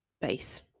base